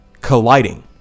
colliding